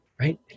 right